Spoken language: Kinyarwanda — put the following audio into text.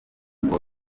ngo